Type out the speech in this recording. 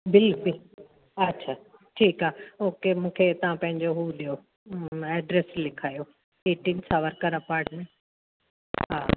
bill bill अछा ठीकु आहे ओके मूंखे तव्हां पंहिंजो उहो ॾियो एड्रेस लिखायो अपाटमेंट हा